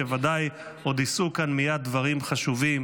שוודאי עוד יישאו כאן מייד דברים חשובים.